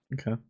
Okay